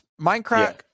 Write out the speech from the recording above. Minecraft